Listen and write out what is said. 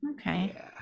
okay